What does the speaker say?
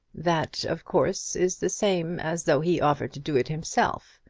that, of course, is the same as though he offered to do it himself.